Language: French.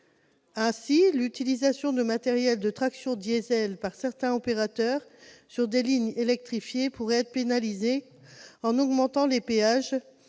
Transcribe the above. Ainsi, l'utilisation de matériel de traction diesel par certains opérateurs sur des lignes électrifiées pourrait être pénalisée en augmentant les péages,